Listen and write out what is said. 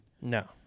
No